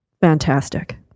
fantastic